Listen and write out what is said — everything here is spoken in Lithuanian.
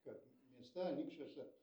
kad mieste anykščiuose